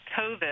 COVID